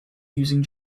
using